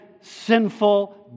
sinful